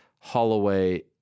Holloway